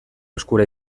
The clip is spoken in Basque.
eskura